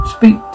Speak